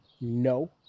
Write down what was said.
no